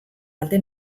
alde